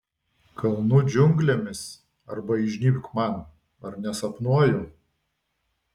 kalnų džiunglėmis arba įžnybk man ar nesapnuoju